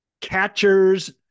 catchers